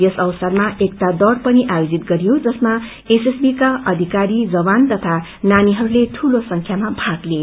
यस अवसरमा एकता दौड़ पनि आयोजित गरियो जसमा एसएसबीक्र अधिकारी जवान तथा नानीहरूले ठूलो संख्यामा भाग लिए